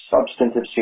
substantive